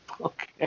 Okay